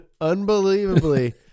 unbelievably